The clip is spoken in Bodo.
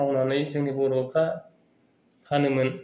मावनानै जोंनि बर' फ्रा फानोमोन